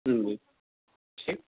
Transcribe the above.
جی ٹھیک